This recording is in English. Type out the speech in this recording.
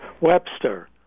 Webster